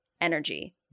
energy